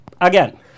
again